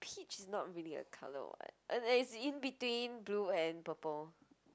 peach is not really a colour [what] is in between blue and purple